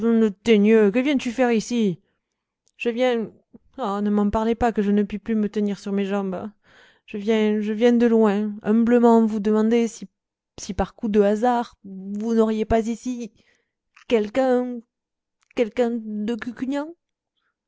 que viens-tu faire ici je viens ah ne m'en parlez pas que je ne puis plus me tenir sur mes jambes je viens je viens de loin humblement vous demander si si par coup de hasard vous n'auriez pas ici quelqu'un quelqu'un de